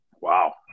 Wow